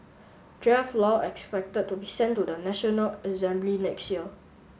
draft law expected to be sent to the National Assembly next year